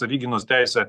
savigynos teisė